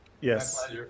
Yes